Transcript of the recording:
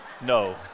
No